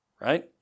right